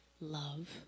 love